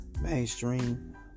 mainstream